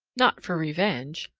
not for revenge,